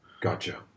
Gotcha